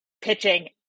pitching